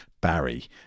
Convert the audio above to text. Barry